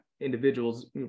individuals